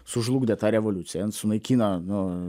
sužlugdė tą revoliuciją sunaikino nu